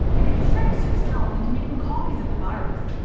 and it tricks your cells into making copies of the virus.